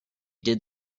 did